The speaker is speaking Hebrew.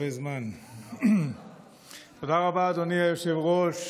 תודה רבה, אדוני היושב-ראש.